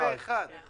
הכספים ירים את ידו.